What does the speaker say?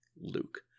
Luke